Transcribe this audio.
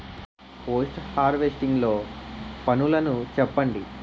Post harvesting లో పనులను చెప్పండి?